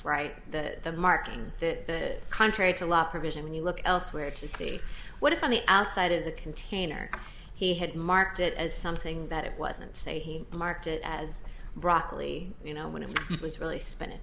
right that the marking that contrary to law provision when you look elsewhere to see what if on the outside of the container he had marked it as something that it wasn't say he marked it as broccoli you know when it was really sp